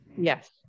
Yes